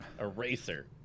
Eraser